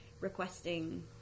requesting